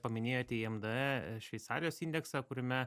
paminėjote imd šveicarijos indeksą kuriame